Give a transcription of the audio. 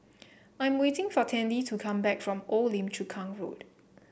I am waiting for Tandy to come back from Old Lim Chu Kang Road